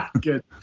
good